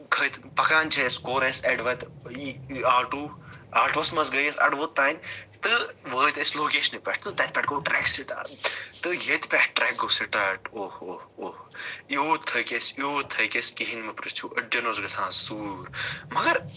کھٔتۍ پَکان چھِ أسۍ کوٚر اَسہِ اَڑٕ وَتہِ آٹوٗ آٹوَس مَنٛز گٔے أسۍ اَڑٕ ووٚت تانۍ تہٕ وٲتۍ أسۍ لوکیشنہِ پیٚٹھ تہٕ تتہِ پیٚٹھ گوٚو ٹریٚک سٹارٹ تہٕ ییٚتہِ پیٚٹھٕ ٹریٚک گوٚو سٹارٹ یوٗت تھٔکۍ أسۍ یوٗت تھٔکۍ أسۍ کِہیٖنۍ مہٕ پرژھِو أڑجَن اوس گَژھان سوٗر مگر